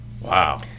Wow